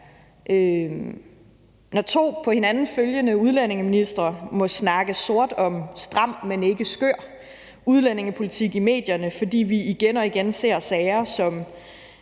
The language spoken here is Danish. Når to på hinanden følgende udlændingeministre må snakke sort om stram, men ikke skør udlændingepolitik i medierne, fordi vi igen og igen ser sager, som